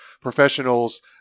professionals